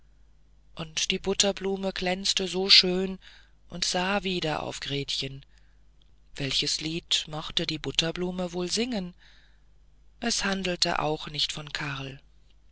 und die butterblume glänzte so schön und sah wieder auf gretchen welches lied konnte die butterblume wohl singen es handelte auch nicht von karl